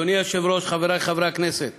אדוני היושב-ראש, חברי חברי הכנסת,